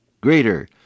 Greater